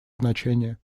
значение